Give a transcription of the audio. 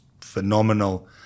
phenomenal